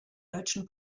deutschen